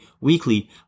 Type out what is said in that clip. weekly